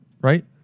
Right